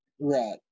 right